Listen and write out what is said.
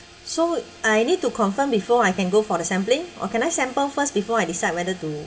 so I need to confirm before I can go for the sampling or can I sample first before I decide whether to